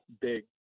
big